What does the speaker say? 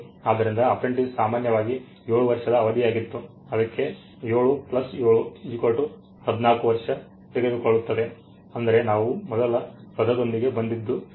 ಆದ್ದರಿಂದ ಅಪ್ರೆಂಟಿಸ್ ಸಾಮಾನ್ಯವಾಗಿ 7 ವರ್ಷದ ಅವಧಿಯಾಗಿತ್ತು ಅದಕ್ಕೆ 7 7 14 ವರ್ಷ ತೆಗೆದುಕೊಳ್ಳುತ್ತದೆ ಅಂದರೆ ನಾವು ಮೊದಲ ಪದದೊಂದಿಗೆ ಬಂದಿದ್ದು